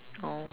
oh